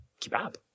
kebab